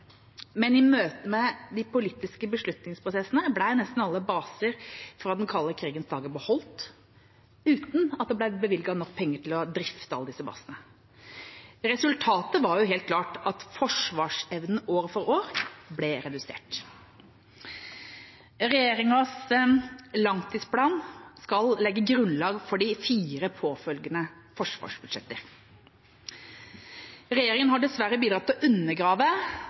men i møte med de politiske beslutningsprosessene ble nesten alle baser fra den kalde krigens dager beholdt, uten at det ble bevilget nok penger til å drifte alle disse basene. Resultatet var helt klart at forsvarsevnen år for år ble redusert. Regjeringas langtidsplan skal legge grunnlag for de fire påfølgende forsvarsbudsjetter. Regjeringa har dessverre bidratt til å undergrave